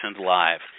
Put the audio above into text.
Live